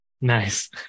Nice